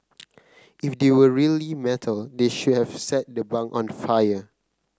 if they were really metal they should have set the bunk on fire